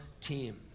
team